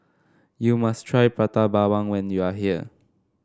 you must try Prata Bawang when you are here